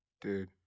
Dude